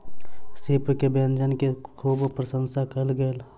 सीप के व्यंजन के खूब प्रसंशा कयल गेल